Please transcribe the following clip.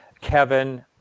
Kevin